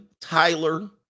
Tyler